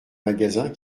magasin